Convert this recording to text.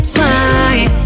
time